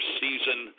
season